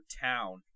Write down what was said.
town